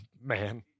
man